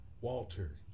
Walter